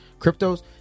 cryptos